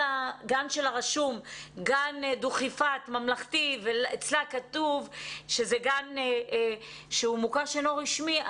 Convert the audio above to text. הגן שלה רשום גן דוכיפת ממלכתי ואצלה כתוב שזה גן שהוא מוכר שאינו רשמי,